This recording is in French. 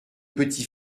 petit